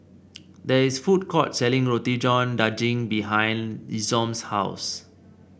there is a food court selling Roti John Daging behind Isom's house